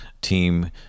team